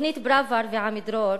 תוכנית פראוור ועמידרור